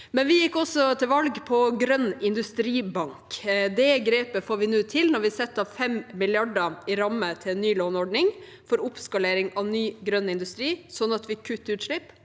vi gikk også til valg på grønn industribank. Det grepet får vi nå til når vi setter av 5 mrd. kr i ramme til en ny låneordning for oppskalering av ny grønn industri, sånn at vi kutter utslipp,